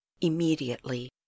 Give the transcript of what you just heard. Immediately